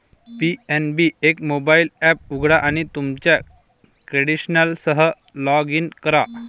PNB एक mobile app उघडा आणि तुमच्या क्रेडेन्शियल्ससह लॉग इन करा